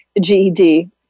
GED